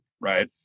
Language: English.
Right